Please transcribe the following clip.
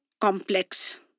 complex